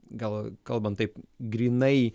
gal kalbant taip grynai